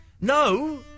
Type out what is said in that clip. No